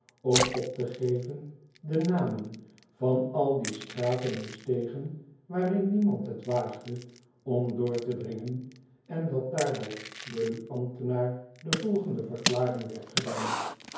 om op te geven de namen van al die straten en stegen waarin niemand het waagde om door te dringen en dat daarbij door dien ambtenaar de volgende verklaring werd gedaan